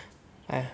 !aiya!